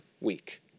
week